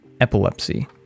epilepsy